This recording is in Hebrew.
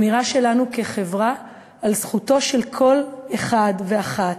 אמירה שלנו כחברה על זכותו של כל אחד ואחת,